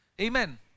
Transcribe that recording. Amen